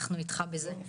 אנחנו איתך בזה.